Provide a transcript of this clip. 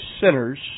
sinners